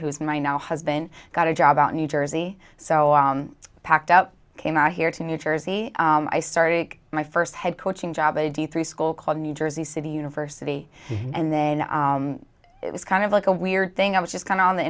who's my now husband got a job out new jersey so i packed up came out here to new jersey i started my first head coaching job a d three school called new jersey city university and then it was kind of like a weird thing i was just going on the